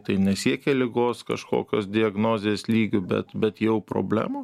tai nesiekia ligos kažkokios diagnozės lygio bet bet jau problemų